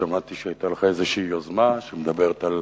כי שמעתי שהיתה לך איזו יוזמה שמדברת על